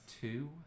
Two